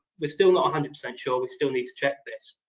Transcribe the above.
we're still not one hundred percent sure. we still need to check this.